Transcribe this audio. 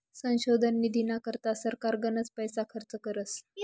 संशोधन निधीना करता सरकार गनच पैसा खर्च करस